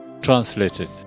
translated